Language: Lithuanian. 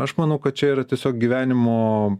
aš manau kad čia yra tiesiog gyvenimo